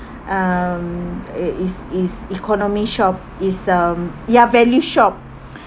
um uh is is economy shop is um ya value shop